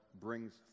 Brings